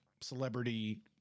celebrity